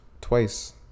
twice